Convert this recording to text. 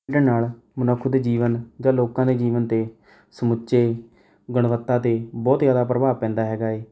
ਖੇਡਣ ਨਾਲ ਮਨੁੱਖਤ ਦੇ ਜੀਵਨ ਜਾਂ ਲੋਕਾਂ ਦੇ ਜੀਵਨ 'ਤੇ ਸਮੁੱਚੇ ਗੁਣਵੱਤਾ 'ਤੇ ਬਹੁਤ ਜ਼ਿਆਦਾ ਪ੍ਰਭਾਵ ਪੈਂਦਾ ਹੈਗਾ ਹੈ